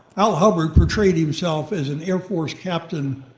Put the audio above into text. al hubbard portrayed himself as an air force captain,